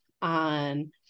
on